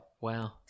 Wow